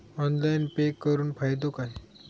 Online pay करुन फायदो काय?